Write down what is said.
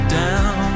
down